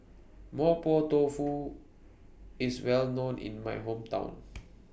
Mapo Tofu IS Well known in My Hometown